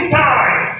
time